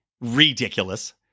Ridiculous